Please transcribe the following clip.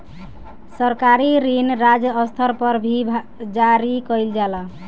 सरकारी ऋण राज्य स्तर पर भी जारी कईल जाला